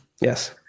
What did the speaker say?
Yes